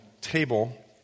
table